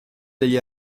degli